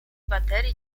baterii